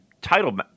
title